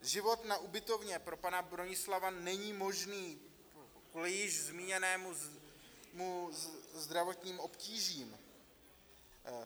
Život na ubytovně pro pana Bronislava není možný kvůli již zmíněným zdravotním obtížím.